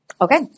Okay